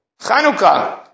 Chanukah